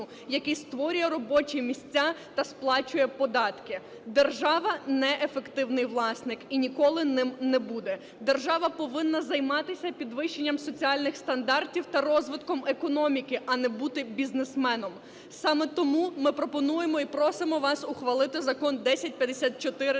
який створює робочі місця та сплачує податки. Держава не ефективний власник і ніколи ним не буде, держава повинна займатися підвищенням соціальних стандартів та розвитком економіки, а не бути бізнесменом. Саме тому ми пропонуємо і просимо вас ухвалити Закон 1054-1.